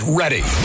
ready